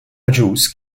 agius